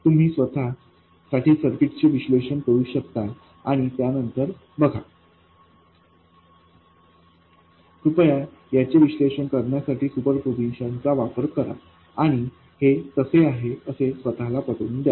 तर तुम्ही स्वत साठी सर्किटचे विश्लेषण करू शकता आणि त्यानंतर बघा कृपया याचे विश्लेषण करण्यासाठी सुपरपोजिशन चा वापर करा आणि हे तसे आहे असे स्वतःला पटवून द्या